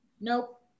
nope